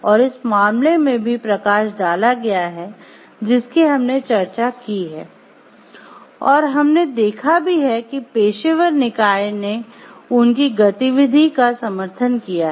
और इस मामले में भी प्रकाश डाला गया है जिसकी हमने चर्चा की है और हमने देखा भी है कि पेशेवर निकाय ने उनकी गतिविधि का समर्थन किया है